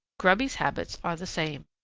grubby's habits are the same.